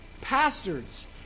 pastors